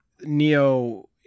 Neo